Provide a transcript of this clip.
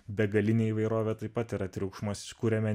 begalinė įvairovė taip pat yra triukšmas kuriame